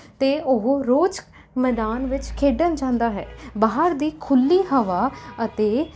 ਅਤੇ ਉਹ ਰੋਜ਼ ਮੈਦਾਨ ਵਿੱਚ ਖੇਡਣ ਜਾਂਦਾ ਹੈ ਬਾਹਰ ਦੀ ਖੁੱਲ੍ਹੀ ਹਵਾ ਅਤੇ